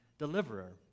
deliverer